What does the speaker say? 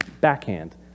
backhand